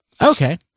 Okay